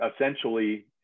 essentially